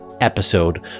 episode